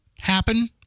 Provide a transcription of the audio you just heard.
happen